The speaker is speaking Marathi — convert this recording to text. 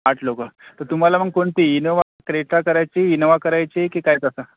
आठ लोक तर तुम्हाला मग कोणती इनोव्हा क्रेटा करायची इनोव्हा करायची की काय कसं